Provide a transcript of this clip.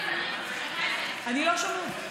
אני לא שומעת.